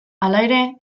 halere